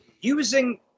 using